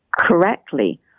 correctly